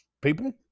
people